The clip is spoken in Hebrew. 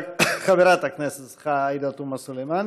חברת הכנסת עאידה תומא סלימאן.